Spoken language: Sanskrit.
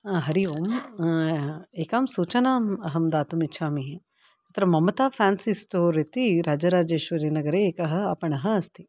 हरि ओम् एकां सूचनाम् अहं दातुम् इच्छामि तत्र ममता फेंसी स्टोर् इति राजराजेश्वरीनगरे एकः आपणः अस्ति